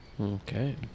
Okay